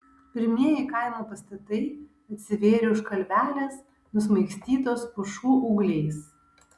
pirmieji kaimo pastatai atsivėrė už kalvelės nusmaigstytos pušų ūgliais